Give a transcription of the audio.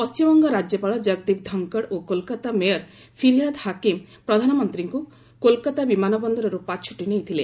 ପଣ୍ଟିମବଙ୍ଗ ରାଜ୍ୟପାଳ ଜଗଦୀପ ଧଙ୍କଡ଼ ଓ କୋଲକାତା ମେୟର ଫିରିହାଦ ହାକିମ୍ ପ୍ରଧାନମନ୍ତ୍ରୀଙ୍କୁ କୋଲକାତା ବିମାନ ବନ୍ଦରରୁ ପାଛୋଟି ନେଇଥିଲେ